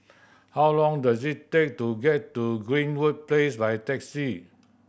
how long does it take to get to Greenwood Place by taxi